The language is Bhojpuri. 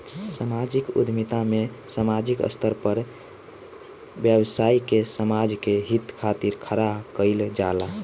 सामाजिक उद्यमिता में सामाजिक स्तर पर व्यवसाय के समाज के हित खातिर खड़ा कईल जाला